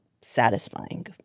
satisfying